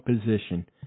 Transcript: position